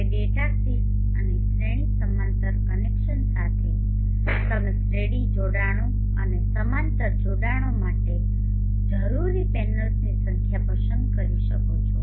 હવે data sheets અને શ્રેણી સમાંતર કનેક્શન સાથે તમે શ્રેણી જોડાણો અને સમાંતર જોડાણો માટે જરૂરી પેનલ્સની સંખ્યા પસંદ કરી શકો છો